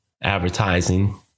advertising